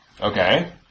Okay